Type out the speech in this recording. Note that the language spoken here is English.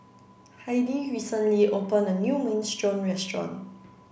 Heidy recently opened a new Minestrone restaurant